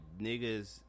niggas